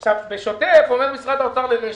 בשוטף אומר משרד האוצר לרש"ת: